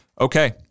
okay